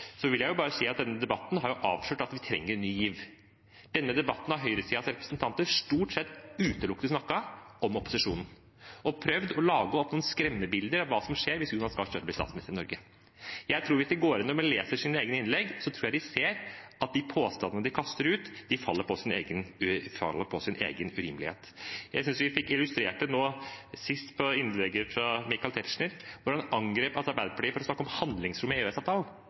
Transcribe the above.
vil jeg bare si at denne debatten har avslørt at vi trenger ny giv. Under denne debatten har høyresidens representanter stort sett utelukkende snakket om opposisjonen, og prøvd å lage et skremmebilde av hva som skjer hvis Jonas Gahr Støre blir statsminister i Norge. Hvis de går inn og leser sine egne innlegg, tror jeg de vil se at de påstandene som de kaster ut, faller på sin egen urimelighet. Jeg synes vi fikk illustrert det i det siste innlegget fra Michael Tetzschner, da han angrep Arbeiderpartiet for å snakke om handlingsrommet i